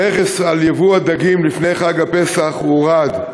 המכס על ייבוא הדגים לפני חג הפסח הורד.